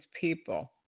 people